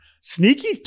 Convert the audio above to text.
Sneaky